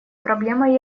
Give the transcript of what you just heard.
проблемой